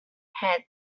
head